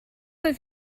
oedd